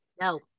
No